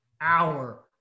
hour